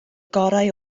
gorau